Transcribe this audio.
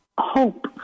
hope